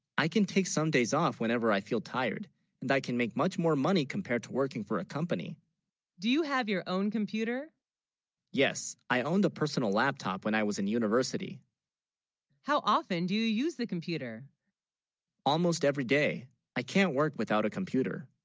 i can take, some days off whenever i feel tired and i can, make much more money compared to working for a company do you have your, own computer yes i owned a personal laptop, when i was in university how often do you use the computer almost every day i can't work without a computer